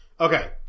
Okay